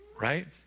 Right